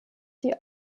die